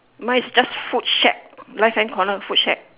my is just food shack left hand corner food shack